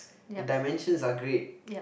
the dimensions are great